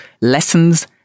lessons